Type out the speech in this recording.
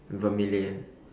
vermilion